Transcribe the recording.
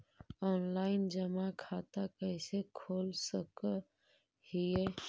Online जमा खाता कैसे खोल सक हिय?